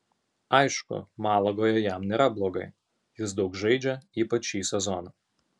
aišku malagoje jam nėra blogai jis daug žaidžia ypač šį sezoną